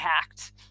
hacked